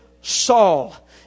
Saul